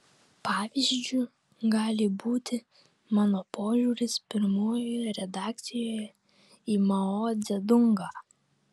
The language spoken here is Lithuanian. pavyzdžiu gali būti mano požiūris pirmojoje redakcijoje į mao dzedungą